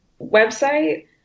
website